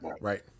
Right